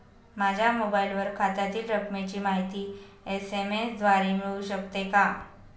माझ्या मोबाईलवर खात्यातील रकमेची माहिती एस.एम.एस द्वारे मिळू शकते का?